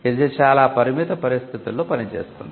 ఇది చాలా పరిమిత పరిస్థితులలో పనిచేస్తుంది